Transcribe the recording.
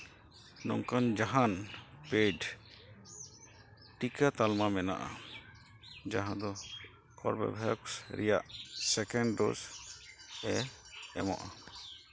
ᱱᱚᱝᱠᱟᱱ ᱡᱟᱦᱟᱱ ᱯᱮᱰ ᱴᱤᱠᱟᱹ ᱛᱟᱞᱢᱟ ᱢᱮᱱᱟᱜᱼᱟ ᱡᱟᱦᱟᱸ ᱫᱚ ᱠᱚᱨᱵᱳᱵᱷᱮᱠᱥ ᱨᱮᱭᱟᱜ ᱥᱮᱠᱮᱱᱰ ᱰᱳᱥ ᱮ ᱮᱢᱚᱜᱼᱟ